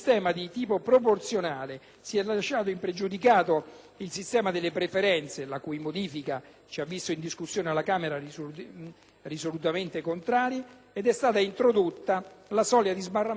ci ha visti nella discussione alla Camera risolutamente contrari, ed é stata introdotta la soglia di sbarramento al 4 per cento. Questa soglia avvicina l'Italia alla maggioranza degli altri Paesi membri;